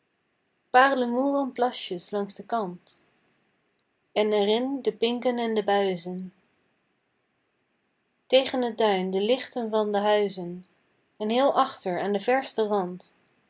strand paarlemoeren plasjes langs den kant en er in de pinken en de buizen tegen t duin de lichten van de huizen en heel achter aan den versten rand